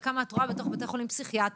וכמה את רואה בתוך בתי חולים פסיכיאטריים,